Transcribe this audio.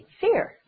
fear